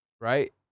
right